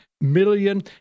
million